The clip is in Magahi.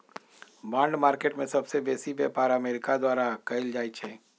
बॉन्ड मार्केट में सबसे बेसी व्यापार अमेरिका द्वारा कएल जाइ छइ